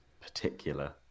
particular